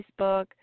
Facebook